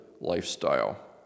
lifestyle